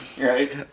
Right